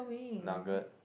nugget